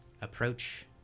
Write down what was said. approach